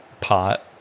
pot